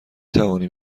توانیم